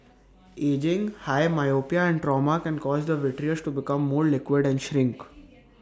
ageing high myopia and trauma can cause the vitreous to become more liquid and shrink